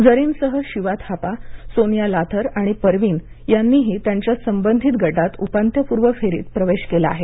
झरीनसह शिवा थापा सोनिया लाथर आणि परवीन यांनीही त्यांच्या संबंधित गटात उपांत्यपूर्व फेरीत प्रवेश केला आहे